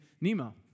Nemo